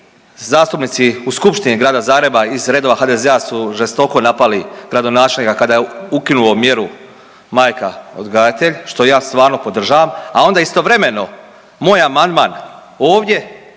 zastupnici u Skupštini Grada Zagreba iz reda HDZ-a su žestoko napali gradonačelnika kada je ukinuo mjeru majka odgajatelj što ja stvarno podržavam, a onda istovremeno moj amandman ovdje